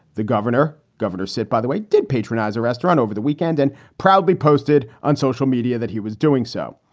the governor. governor, sit. by the way, did patronize a restaurant over the weekend and proudly posted on social media that he was doing so.